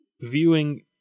viewing